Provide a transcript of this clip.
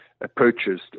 approaches